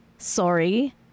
Sorry